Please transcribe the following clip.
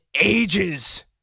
ages